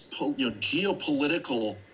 geopolitical